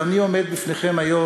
אני עומד בפניכם היום,